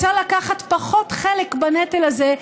רוצה לקחת פחות חלק בנטל הזה,